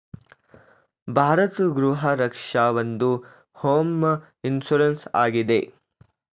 ಭಾರತ್ ಗೃಹ ರಕ್ಷ ಒಂದು home insurance ಆಗಿದೆ